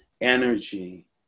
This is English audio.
energy